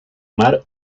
mar